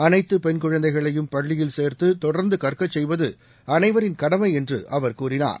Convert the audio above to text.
அனைத்து பெண் குழந்தைகளையும் பள்ளியில் சோந்து தொடர்ந்து கற்க செய்வது அனைவரின் கடமை என்று அவர் கூறினார்